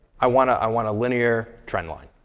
i want ah i want a linear trend line.